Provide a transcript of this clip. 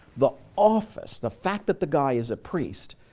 the office, the fact that the guy is a priest,